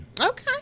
Okay